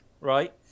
right